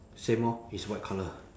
same orh it's white colour